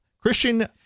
Christian